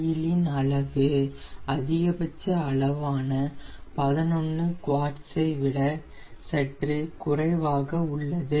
oil இன் அளவு அதிகபட்ச அளவான 11குவார்ட்ஸ் ஐ விட சற்று குறைவாக உள்ளது